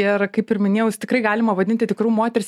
ir kaip ir minėjau jus tikrai galima vadinti tikru moters